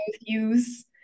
use